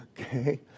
Okay